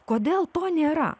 kodėl to nėra